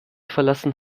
verlassen